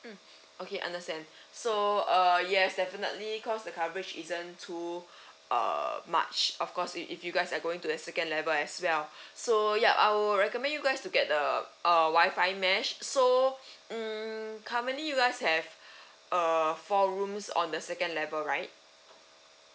mm okay understand so uh yes definitely cause the coverage isn't too err much of course if if you guys are going to the second level as well so yup I'll recommend you guys to get the uh wifi mesh so mm currently you guys have uh four rooms on the second level right